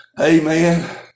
Amen